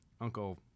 Uncle